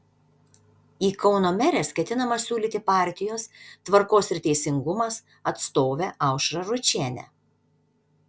į kauno meres ketinama siūlyti partijos tvarkos ir teisingumas atstovę aušrą ručienę